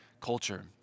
culture